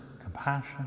compassion